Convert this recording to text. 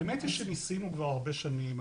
האמת היא שניסינו כבר הרבה שנים.